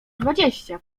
dwadzieścia